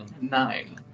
Nine